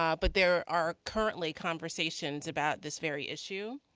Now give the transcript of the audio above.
ah but there are currently conversations about this very issue.